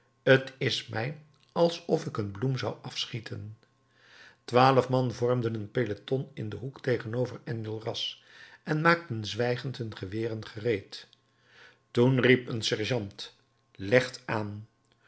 t is mij alsof ik een bloem zou afschieten twaalf man vormden een peloton in den hoek tegenover enjolras en maakten zwijgend hun geweren gereed toen riep een sergeant legt aan